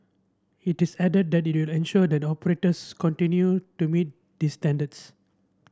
it is added that it will ensure that operators continue to meet these standards